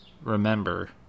remember